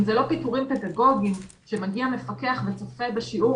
אם אלה לא פיטורים פדגוגיים שמגיע מפקח וצופה בשיעור